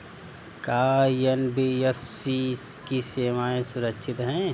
का एन.बी.एफ.सी की सेवायें सुरक्षित है?